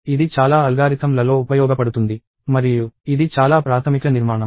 ఇది చాలా అల్గారిథమ్లలో ఉపయోగపడుతుంది మరియు ఇది చాలా ప్రాథమిక నిర్మాణం